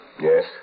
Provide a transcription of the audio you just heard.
Yes